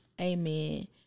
Amen